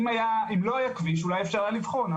אם לא היה כביש אולי היה אפשר לבחון,